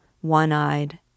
one-eyed